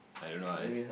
I don't know ah it's